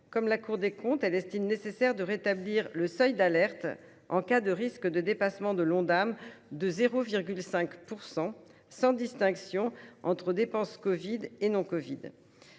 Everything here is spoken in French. Comme la Cour des comptes, elle estime nécessaire de rétablir le seuil d’alerte en cas de risque de dépassement de l’Ondam de 0,5 %, sans distinction entre dépenses covid et hors covid.